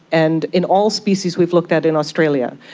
and in all species we've looked at in australia.